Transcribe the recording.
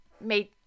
made